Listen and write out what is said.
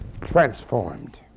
transformed